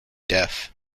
deaf